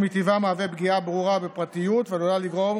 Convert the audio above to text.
שמטבעה מהווה פגיעה ברורה בפרטיות ועלולה לגרום